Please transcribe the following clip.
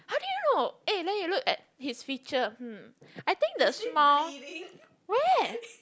how do you know eh then you look at his feature hm I think the smile where